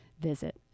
visit